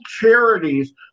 charities